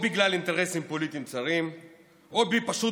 בגלל אינטרסים פוליטיים צרים או פשוט